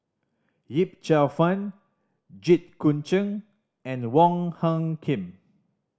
Yip Cheong Fun Jit Koon Ch'ng and Wong Hung Khim